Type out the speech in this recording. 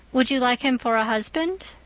would you like him for a husband?